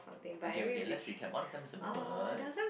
okay okay let's recap one of them is a bird